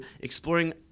exploring